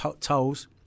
tolls